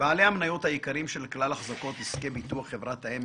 בעלי המניות העיקריים של כלל החזקות עסקי ביטוח (חברת האם)